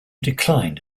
declined